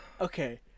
Okay